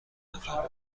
نفهمه